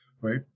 right